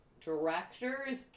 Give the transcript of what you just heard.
directors